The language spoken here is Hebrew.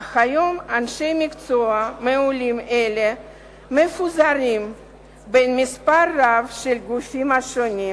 אך היום אנשי מקצוע מעולים אלה מפוזרים במספר רב של גופים שונים,